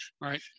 Right